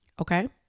Okay